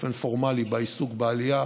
באופן פורמלי בעיסוק בעלייה.